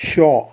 shaw